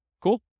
Cool